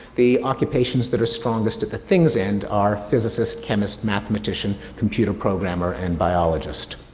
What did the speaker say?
the occupations that are strongest at the things end are physicist, chemist, mathematician, computer programmer and biologist.